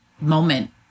moment